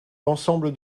l’ensemble